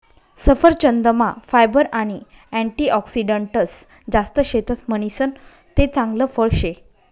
सफरचंदमा फायबर आणि अँटीऑक्सिडंटस जास्त शेतस म्हणीसन ते चांगल फळ शे